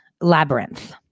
labyrinth